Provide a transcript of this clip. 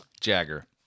Jagger